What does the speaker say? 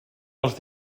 els